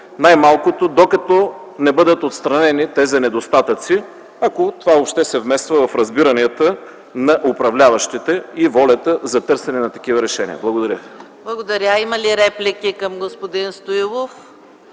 най-малкото докато не бъдат отстранени тези недостатъци, ако това въобще се вмества в разбиранията на управляващите и волята за търсене на такива решения. Благодаря.